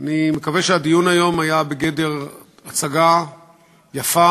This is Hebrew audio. אני מקווה שהדיון היום היה בגדר הצגה יפה